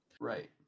right